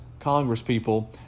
congresspeople